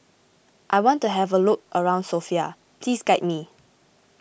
I want to have a look around Sofia please guide me